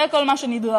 זה כל מה שנדרש.